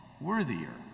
worthier